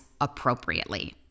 appropriately